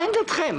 מה עמדתכם?